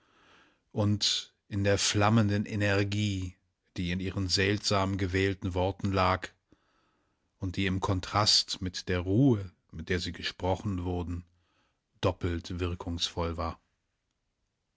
und in der flammenden energie die in ihren seltsam gewählten worten lag und die im kontrast mit der ruhe mit der sie gesprochen wurden doppelt wirkungsvoll war